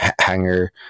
Hanger